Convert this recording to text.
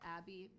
Abby